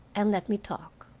and let me talk.